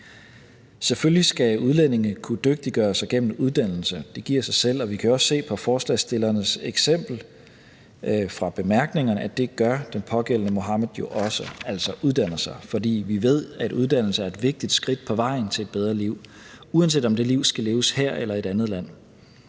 Selvfølgelig skal udlændinge kunne dygtiggøre sig gennem uddannelse. Det giver sig selv. Og vi kan også se på forslagsstillernes eksempel i bemærkningerne, at det gør den pågældende Mohamad jo også, altså uddanner sig. For vi ved, at uddannelse er et vigtigt skridt på vejen til et bedre liv, uanset om det liv skal leves her eller i et andet land.